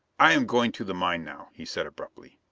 i am going to the mine now, he said abruptly.